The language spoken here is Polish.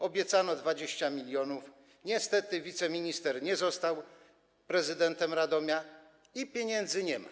Obiecano 20 mln, niestety wiceminister nie został prezydentem Radomia i pieniędzy nie ma.